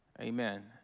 Amen